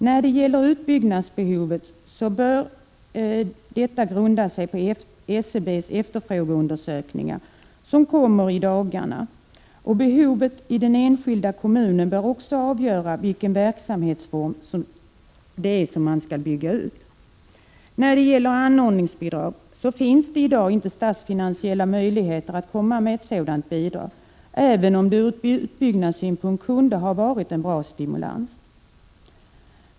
Bedömningen av utbyggnadsbehovet bör grunda sig på SCB:s efterfrågeundersökningar, som kommer i dagarna, och behovet i den enskilda kommunen bör också avgöra vilken verksamhetsform man bör bygga ut. När det gäller anordningsbidrag finns det i dag inte statsfinansiella möjligheter att komma med ett sådant bidrag, även om det ur utbyggnadssynpunkt kunde ha varit en bra stimulans.